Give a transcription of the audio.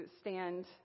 stand